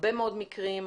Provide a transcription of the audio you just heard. הרבה מאוד מקרים.